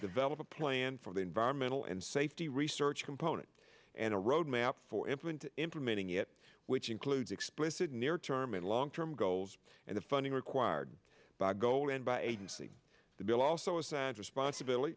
develop a plan for the environmental and safety research component and a roadmap for infant implementing it which includes explicit near term and long term goals and the funding required by goal and by agency the bill also assigned responsibility